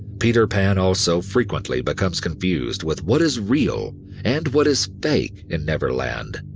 peter pan also frequently becomes confused with what is real and what is fake in neverland,